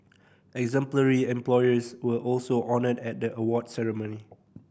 exemplary employers were also honoured at the award ceremony